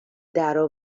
درا